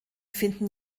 finden